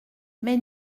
mais